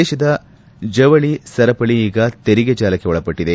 ದೇಶದ ಜವಳಿ ಸರಪಳಿ ಈಗ ತೆರಿಗೆ ಜಾಲಕ್ಷೆ ಒಳಪಟ್ಟದೆ